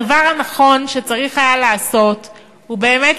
הדבר הנכון שצריך היה לעשות הוא באמת